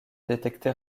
détecté